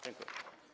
Dziękuję.